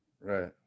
Right